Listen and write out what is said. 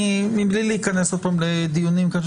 מבלי להיכנס עוד פעם לדיונים,